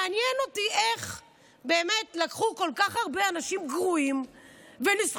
מעניין אותי איך באמת לקחו כל כך הרבה אנשים גרועים וניסחו.